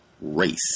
race